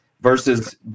versus